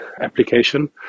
application